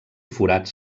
forats